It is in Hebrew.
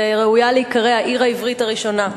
שראויה להיקרא העיר העברית הראשונה.